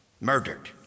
Murdered